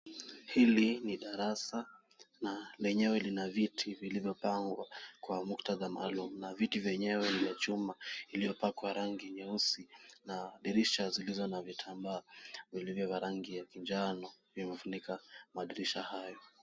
Hili ni darasa na lenyewe lina viti vilivyopangwa kwa muktadha maalum na viti vyenyewe ni vya chuma iliyopakwa rangi nyeusi na dirisha zilizo na vitambaa, vilivyo vya rangi ya manjano vimefunika madirisha hayo.